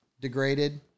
degraded